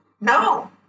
no